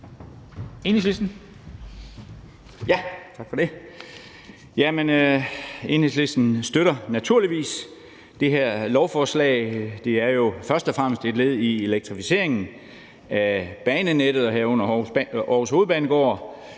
Enhedslisten støtter naturligvis det her lovforslag. Det er jo først og fremmest et led i elektrificeringen af banenettet, herunder Aarhus Hovedbanegård,